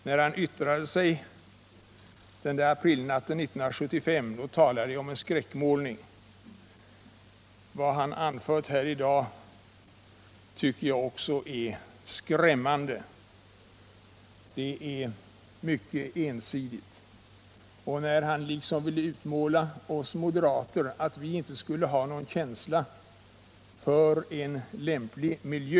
När han yttrade sig den där aprilnatten 1975 talade jag om en skräckmålning. Vad han anfört här i dag tycker jag också är skrämmande. Det är mycket ensidigt. Han försöker utmåla oss moderater på ett sätt som innebär att vi inte skulle ha någon känsla för människans behov av en lämplig miljö.